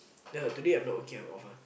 the today I'm not working I off wan